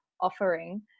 offering